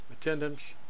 attendance